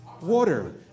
water